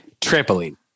Trampoline